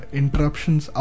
interruptions